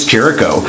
Jericho